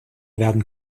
werden